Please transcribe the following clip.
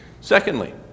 Secondly